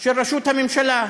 של ראשות הממשלה.